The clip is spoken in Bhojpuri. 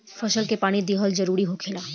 फसल के पानी दिहल जरुरी होखेला